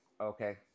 Okay